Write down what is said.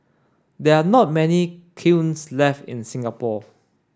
there are not many kilns left in the Singapore